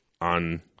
on